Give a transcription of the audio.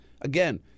Again